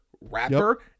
rapper